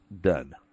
done